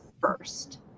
first